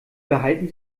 behalten